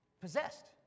possessed